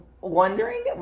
wondering